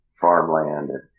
farmland